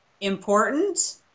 Important